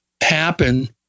happen